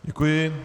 Děkuji.